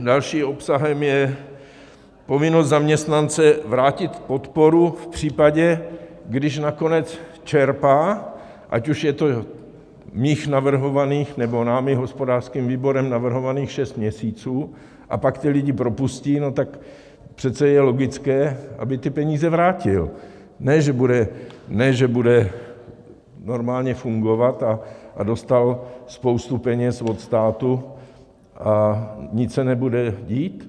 Dalším obsahem je povinnost zaměstnance vrátit podporu v případě, když nakonec čerpá, ať už je to mých navrhovaných nebo námi, hospodářským výborem, navrhovaných šest měsíců, a pak ty lidi propustí, no tak přece je logické, aby ty peníze vrátil, ne že bude normálně fungovat, dostal spoustu peněz od státu a nic se nebude dít.